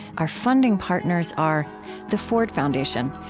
our funding partners are the ford foundation,